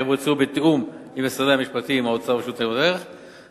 יבוצעו בתיאום עם משרדי המשפטים והאוצר והרשות לניירות ערך,